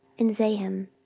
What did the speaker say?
and zaham.